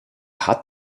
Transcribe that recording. hat